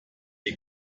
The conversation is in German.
die